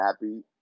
happy